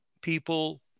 people